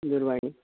दूरवाणी